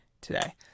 today